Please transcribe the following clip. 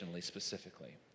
specifically